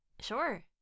sure